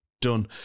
Done